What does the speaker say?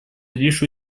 лишь